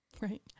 right